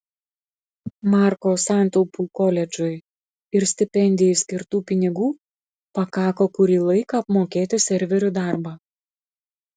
marko santaupų koledžui ir stipendijai skirtų pinigų pakako kurį laiką apmokėti serverių darbą